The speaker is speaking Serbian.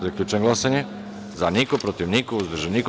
Zaključujem glasanje: za – niko, protiv – niko, uzdržan – niko.